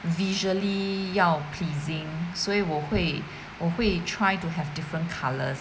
visually 要 pleasing 所以我会我会 try to have different colours